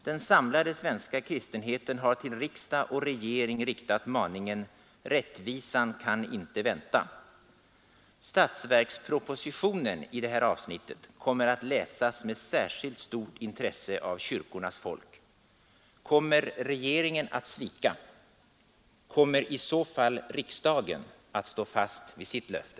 Den samlade svenska kristenheten har till riksdag och regering riktat maningen ”Rättvisan kan inte vänta”. Statsverkspropositionen i det här avsnittet kommer att läsas med särskilt stort intresse av kyrkornas folk. Kommer regeringen att svika? Kommer i så fall riksdagen att stå fast vid sitt löfte?